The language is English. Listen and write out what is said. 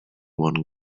one